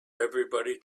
everybody